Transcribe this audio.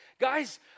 Guys